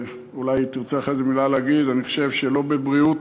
אולי היא תרצה להגיד איזו מילה אחרי זה: אני חושב שלא בבריאות